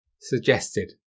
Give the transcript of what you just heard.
suggested